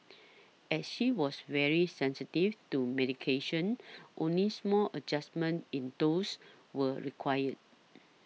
as she was very sensitive to medications only small adjustments in doses were required